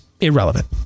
irrelevant